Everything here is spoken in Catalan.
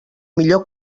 millor